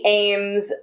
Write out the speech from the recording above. aims